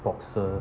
boxe~